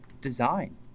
design